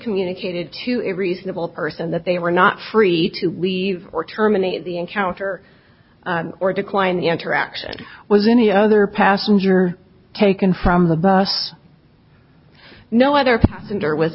communicated to a reasonable person that they were not free to leave or terminate the encounter or decline the interaction with any other passenger taken from the bus no other passenger w